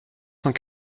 cent